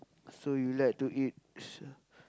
so you like to eat s~